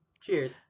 Cheers